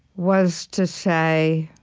was to say,